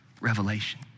Revelation